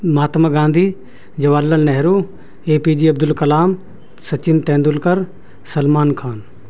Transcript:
Mahatma Gandhi Jawahar Lal Nehru A P J Abdul Kalam Sachin Tendulkar Salman Khan